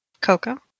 Coco